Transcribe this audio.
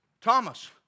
Thomas